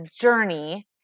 journey